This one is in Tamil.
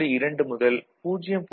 2 முதல் 0